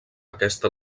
aquesta